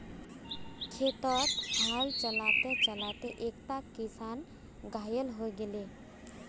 खेतत हल चला त चला त एकता किसान घायल हय गेले